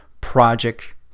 project